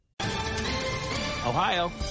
Ohio